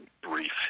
brief